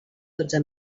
dotze